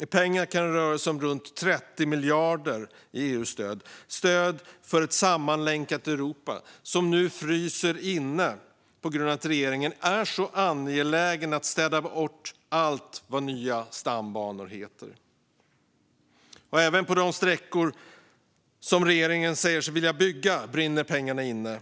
I pengar kan det röra sig om runt 30 miljarder i EU-stöd, stöd för ett sammanlänkat Europa, som nu fryser inne på grund av att regeringen är så angelägen att städa bort allt vad nya stambanor heter. Även för de sträckor där regeringen säger sig vilja bygga brinner pengarna inne.